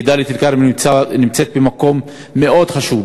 כי דאלית-אל-כרמל נמצא במקום מאוד חשוב,